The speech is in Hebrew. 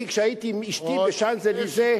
אני, כשהייתי עם אשתי בשאנז-אליזה, נכון.